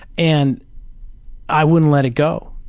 and i wouldn't let it go.